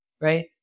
right